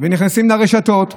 נכנסים לרשתות,